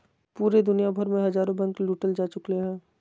पूरे दुनिया भर मे हजारो बैंके लूटल जा चुकलय हें